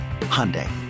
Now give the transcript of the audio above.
hyundai